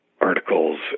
articles